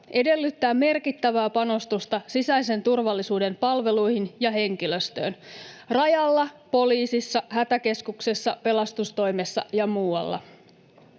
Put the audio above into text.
edellyttää merkittävää panostusta sisäisen turvallisuuden palveluihin ja henkilöstöön Rajalla, poliisissa, Hätäkeskuksessa, pelastustoimessa ja muualla.